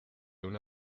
una